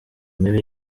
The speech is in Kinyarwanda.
mibi